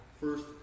first